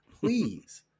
Please